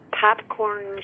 popcorn